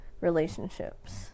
relationships